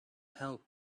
help